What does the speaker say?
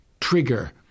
trigger